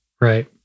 right